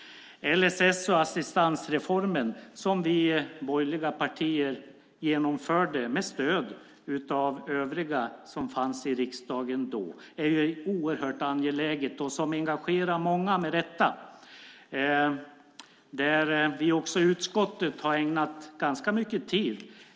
LSS och assistansreformen, som vi borgerliga partier genomförde med stöd av övriga partier som fanns i riksdagen då, är oerhört angelägen och engagerar med rätta många. I utskottet har vi också ägnat frågan ganska mycket tid.